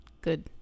Good